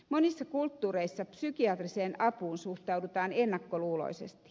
monissa kulttuureissa psykiatriseen apuun suhtaudutaan ennakkoluuloisesti